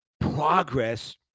Progress